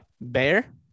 Bear